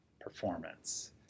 performance